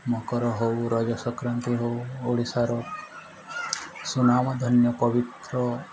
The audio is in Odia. ମକର ହଉ ରଜ ସଂକ୍ରାନ୍ତି ହଉ ଓଡ଼ିଶାର ସୁନାମ ଧନ୍ୟ ପବିତ୍ର